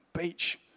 beach